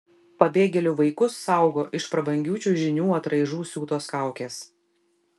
pabėgėlių vaikus saugo iš prabangių čiužinių atraižų siūtos kaukės